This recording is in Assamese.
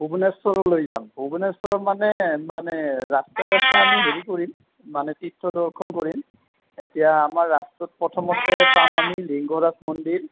ভূবনেশ্বৰলৈ যাম ভূবনেশ্বৰ মানে মানে ৰাস্তা ৰাস্তাই আমি হেৰি কৰিম মানে তীৰ্থদৰ্শন কৰিম এতিয়া আমাৰ ৰাস্তাত প্ৰথমতে পাম আমি লিংগৰাজ মন্দিৰ